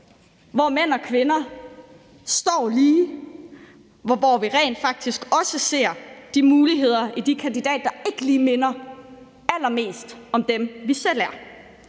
hvor mænd og kvinder står lige, og hvor vi rent faktisk også ser de muligheder i de kandidater, der ikke lige minder allermest om dem, vi selv er.